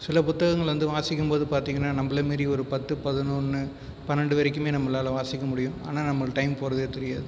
சில புத்தகங்கள் வந்து வாசிக்கும்போது பார்த்தீங்கன்னா நம்மளை மீறி ஒரு பத்து பதினொன்று பன்னெண்டு வரைக்குமே நம்மளால வாசிக்க முடியும் ஆனால் நம்மளுக்கு டைம் போகிறதே தெரியாது